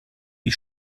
die